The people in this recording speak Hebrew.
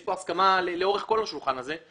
יש כאן הסכמה לאורך כל השולחן הזה.